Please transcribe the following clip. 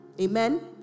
Amen